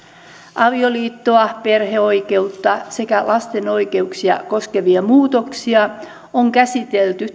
avioliittoa perheoikeutta sekä lasten oikeuksia koskevia muutoksia on käsitelty